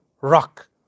rock